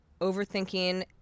overthinking